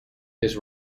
his